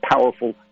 powerful